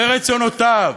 ברצונותיו,